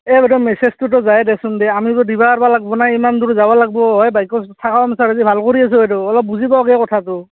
এ বাইদেউ মেচেজটোতো যায় দে চোন দে আমিতো দিবা পাৰবা লাগব না ইমান দূৰ যাব লাগব সেই বাইকত চাকা পামচাৰ হৈছি ভাল কৰি আছোঁ বাইদেউ অলপ বুজি পাওক হে কথাটো